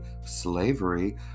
slavery